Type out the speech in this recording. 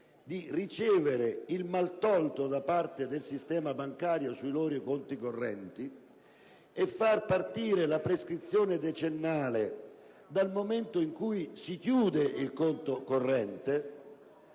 di riavere il maltolto da parte del sistema bancario sui loro conti correnti: far partire la prescrizione decennale dal momento in cui si chiude il conto corrente